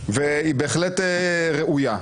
והיא בהחלט ראויה,